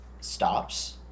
stops